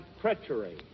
treachery